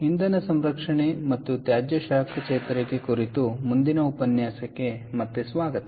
ಇಂಧನ ಸಂರಕ್ಷಣೆ ಮತ್ತು ತ್ಯಾಜ್ಯ ಶಾಖ ಚೇತರಿಕೆಯ ಮುಂದಿನ ಉಪನ್ಯಾಸಕ್ಕೆ ಮತ್ತೆ ಸ್ವಾಗತ